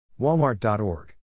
Walmart.org